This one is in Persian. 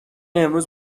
امروز